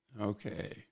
Okay